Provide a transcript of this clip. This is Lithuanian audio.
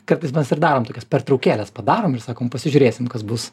kartais mes ir darom tokias pertraukėles padarom ir sakom pasižiūrėsim kas bus